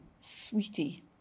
Sweetie